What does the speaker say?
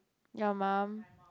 your mum